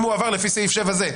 אם הוא עבר לפי סעיף זה וזה".